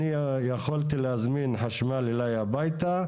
אני יכולתי להזמין חשמל אליי הביתה,